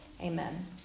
Amen